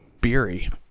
Beery